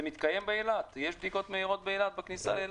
זה מתקיים באילת, יש בדיקות מהירות בכניסה לאילת?